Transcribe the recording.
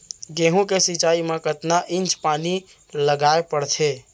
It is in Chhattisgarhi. गेहूँ के सिंचाई मा कतना इंच पानी लगाए पड़थे?